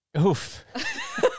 Oof